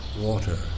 water